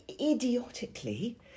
idiotically